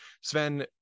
Sven